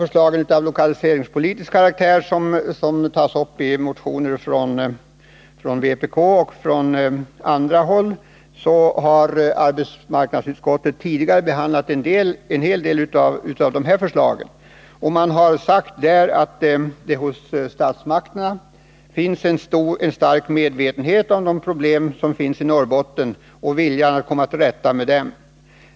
Förslag av lokaliseringspolitisk karaktär har tagits upp i motioner från vpk och även från andra håll. Arbetsmarknadsutskottet har tidigare behandlat en hel del av de förslagen. Utskottet uttalar att det hos statsmakterna finns en stark medvetenhet om problemen i Norrbotten och vilja att komma till rätta med dem.